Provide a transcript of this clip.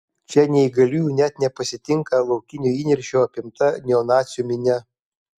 čia neįgaliųjų net nepasitinka laukinio įniršio apimta neonacių minia